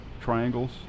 triangles